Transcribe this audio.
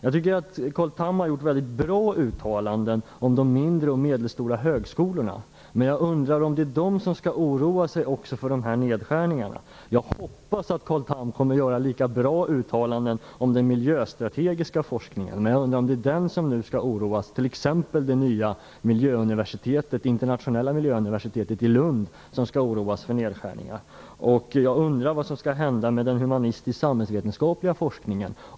Jag tycker att Carl Tham har gjort mycket bra uttalanden om de mindre och medelstora högskolorna. Jag undrar om det även är de som har anledning att oroa sig för nedskärningarna. Jag hoppas att Carl Tham kommer att göra lika bra uttalanden även om den miljöstrategiska forskningen. Jag undrar om det är på det området man nu skall vara orolig. Skall man t.ex. på det nya internationella miljöuniversitetet i Lund oroa sig för nedskärningar? Jag undrar vad som skall hända med den humanistisktsamhällsvetenskapliga forskningen.